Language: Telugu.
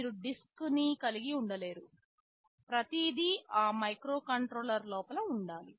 మీరు డిస్క్ నీ కలిగి ఉండలేరు ప్రతిదీ ఆ మైక్రోకంట్రోలర్ లోపల ఉండాలి